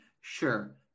sure